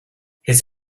his